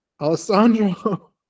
Alessandro